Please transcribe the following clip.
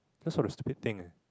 those sort of stupid thing